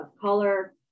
color